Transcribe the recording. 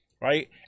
right